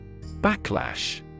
Backlash